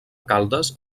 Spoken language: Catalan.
caldes